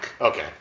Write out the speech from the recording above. Okay